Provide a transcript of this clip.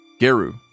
Geru